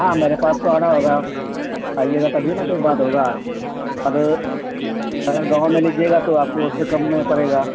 ہاں میرے پاس تو آنا ہوگا آئیے گا تبھی نہا کوئی بات ہوگا ا اگر گاؤں میں لیجیے گا تو آپ کو اس سے کم میں پڑے گا